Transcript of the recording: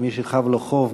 כמי שחב לו חוב,